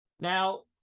Now